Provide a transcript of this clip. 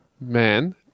Man